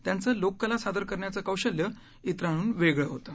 त्यांचं लोककला सादर करण्याचं कौशल्य इतरांहून वेगळं होतं